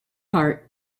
heart